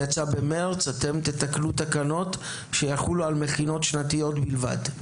שיצא במרץ אתם תתקנו תקנות שיחולו על מכינות שנתיות בלבד.